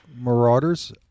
Marauders